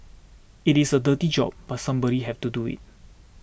it is a dirty job but somebody have to do it